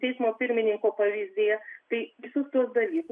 teismo pirmininko pavyzdyje tai visus tuos dalykus